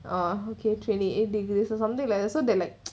orh okay twenty eight degrees or something like that so that like